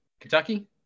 Kentucky